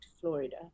Florida